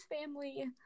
family